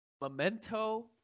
Memento